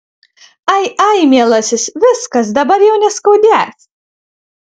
ai ai mielasis viskas dabar jau neskaudės